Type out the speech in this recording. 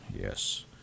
yes